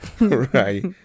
Right